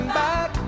back